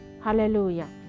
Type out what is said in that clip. Hallelujah